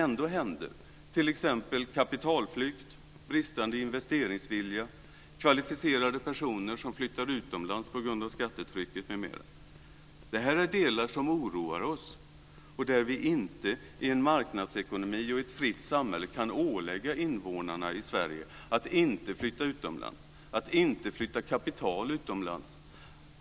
Ändå händer det - kapitalflykt, bristande investeringsvilja, kvalificerade personers flytt utomlands på grund av skattetrycket m.m. Dessa delar oroar oss. I en marknadsekonomi och i ett fritt samhälle kan vi inte ålägga invånarna i Sverige att inte flytta utomlands och att inte flytta kapital utomlands.